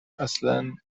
اصن